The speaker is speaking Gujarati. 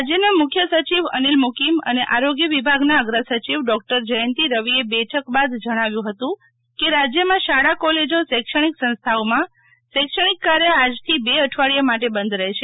રાજ્યના મુખ્ય સચિવ અનિલ મુકીમ અને આરોગ્ય વિભાગના અગ્ર સચિવ ડોકટર જયંતીરવિએ બેઠક બાદ જણાવ્યું હતું કે રાજયમાં શાળા કોલેજો શૈક્ષણિક સંસ્થાઓમાં શૈક્ષણિક કાર્ય આજથી બે અઠવાડીયા માટે બંધ રહેશે